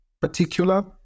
particular